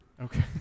Okay